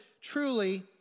truly